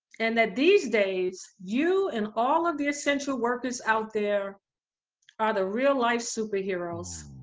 and that these days you and all of the essential workers out there are the real-life superheroes!